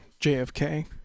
JFK